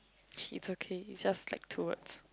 is okay is just like towards